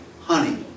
honey